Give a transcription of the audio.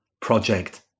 project